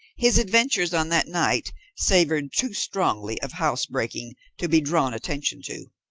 his adventures on that night savoured too strongly of house-breaking to be drawn attention to.